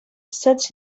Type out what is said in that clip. sets